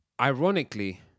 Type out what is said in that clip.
ironically